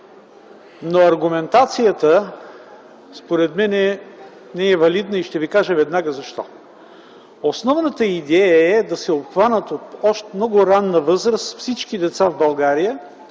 но аргументацията според мен не е валидна и веднага ще ви кажа защо. Основната идея е да се обхванат в много ранна възраст всички деца в България,